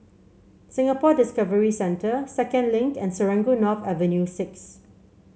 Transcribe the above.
Singapore Discovery Centre Second Link and Serangoon North Avenue Six